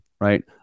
right